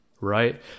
right